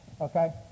Okay